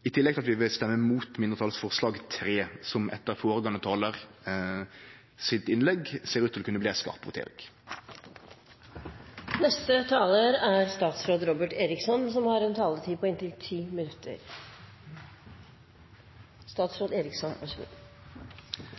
i tillegg til at vi vil stemme mot mindretalsforslag nr. 3, der det på bakgrunn av førre talaren sitt innlegg ser ut til å kunne bli ei skarp votering. La meg minne om at Stortinget i 2011 vedtok Prop. 130 L, som